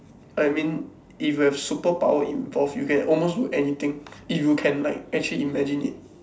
I mean if you have superpower involved you can almost do anything if you can like actually imagine it